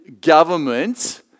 government